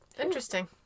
Interesting